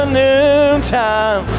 noontime